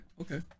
okay